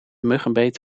muggenbeet